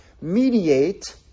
mediate